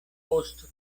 post